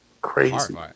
crazy